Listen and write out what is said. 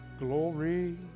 Glory